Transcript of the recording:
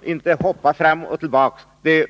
Vi skall inte hoppa fram och tillbaka. Då